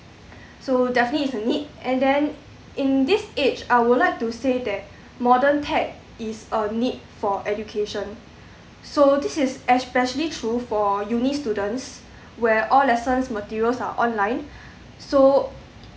so definitely it's a need and then in this age I would like to say that modern tech is a need for education so this is especially true for uni students where all lessons materials are online so